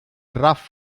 rough